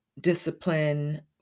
discipline